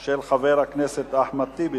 של חבר הכנסת אחמד טיבי,